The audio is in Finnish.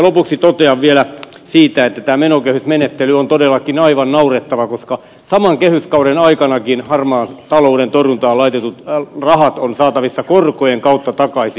lopuksi totean vielä että tämä menokehysmenettely on todellakin aivan naurettava koska saman kehyskauden aikanakin harmaan talouden torjuntaan laitetut rahat on saatavissa korkojen kautta takaisin